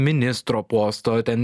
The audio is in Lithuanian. ministro posto ten